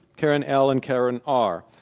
karen l and karen r.